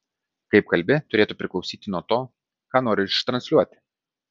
kaip kalbi turėtų priklausyt nuo to ką nori ištransliuoti